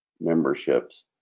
memberships